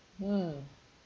mm